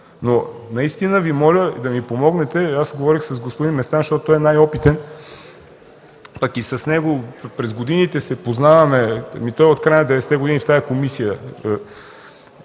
но наистина Ви моля да ми помогнете. Аз говорих с господин Местан, защото той е най-опитен, пък и с него през годините се познаваме. Той е в тази комисия